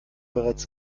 bereits